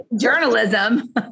journalism